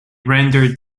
render